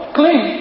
clean